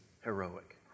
heroic